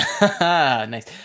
Nice